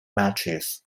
matches